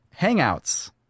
Hangouts